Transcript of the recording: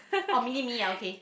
orh mini me ah okay